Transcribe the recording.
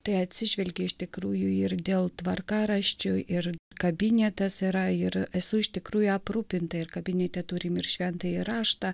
tai atsižvelgė iš tikrųjų ir dėl tvarkaraščio ir kabinetas yra ir esu iš tikrųjų aprūpinta ir kabinete turime ir šventąjį raštą